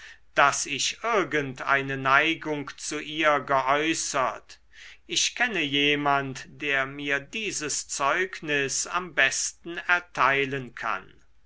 daß ich irgend eine neigung zu ihr geäußert ich kenne jemand der mir dieses zeugnis am besten erteilen kann